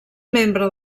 membre